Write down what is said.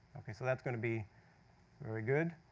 so that's going to be very good.